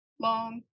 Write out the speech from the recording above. long